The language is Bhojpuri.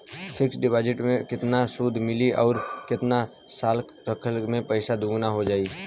फिक्स डिपॉज़िट मे केतना सूद मिली आउर केतना साल रखला मे पैसा दोगुना हो जायी?